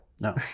no